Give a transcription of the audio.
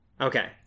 Okay